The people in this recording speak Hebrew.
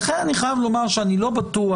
לכן אני חייב לומר שאני לא בטוח